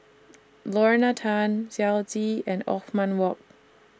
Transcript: Lorna Tan Xiao Zi and Othman Wok